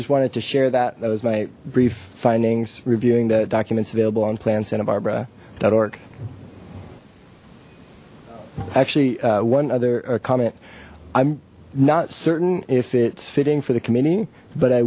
just wanted to share that that was my brief findings reviewing the documents available on plan santa barbara org actually one other comment i'm not certain if it's fitting for the committee but i